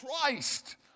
Christ